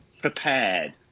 prepared